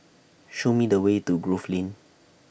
Show Me The Way to Grove Lane